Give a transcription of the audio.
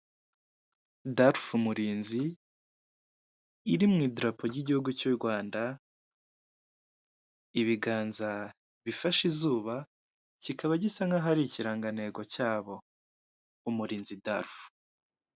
Darufu umurinzi iri mwidarapo ry'igihugu cy'urwanda ibiganza bifashe izuba kikaba gisa nkaho ari ikirangantego cyabo, umurinzi darufu.